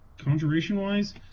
Conjuration-wise